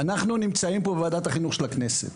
אנחנו נמצאים בוועדת החינוך של הכנסת.